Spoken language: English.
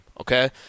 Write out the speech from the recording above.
okay